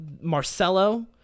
Marcelo